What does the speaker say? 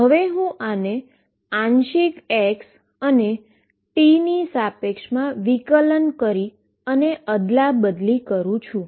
હવે હું partial x અને t ની સાપેક્ષમાં ડેરીવેટીવની અદલા બદલી કરુ છું